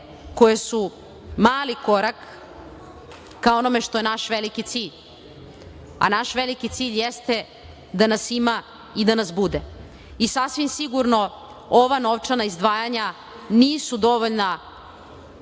koje su mali korak ka onome što je naš veliki cilj, a naš veliki cilj jeste da nas ima i da nas bude. Sasvim sigurno ova novčana izdvajanja nisu dovoljna